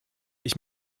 ich